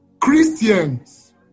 Christians